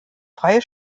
freie